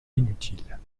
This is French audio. inutiles